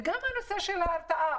וגם הנושא של ההרתעה.